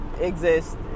exist